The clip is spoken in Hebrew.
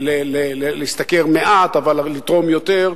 להשתכר מעט אבל לתרום יותר,